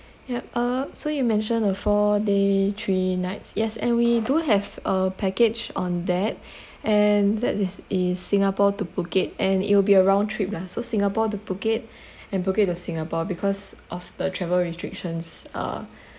yup uh so you mentioned a four day three nights yes and we do have a package on that and that is uh singapore to phuket and it will be a round trip lah so singapore to phuket and phuket to singapore because of the travel restrictions uh